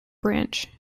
branch